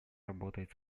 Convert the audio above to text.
работает